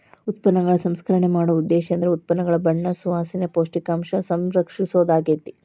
ಉತ್ಪನ್ನಗಳ ಸಂಸ್ಕರಣೆ ಮಾಡೊ ಉದ್ದೇಶೇಂದ್ರ ಉತ್ಪನ್ನಗಳ ಬಣ್ಣ ಸುವಾಸನೆ, ಪೌಷ್ಟಿಕಾಂಶನ ಸಂರಕ್ಷಿಸೊದಾಗ್ಯಾತಿ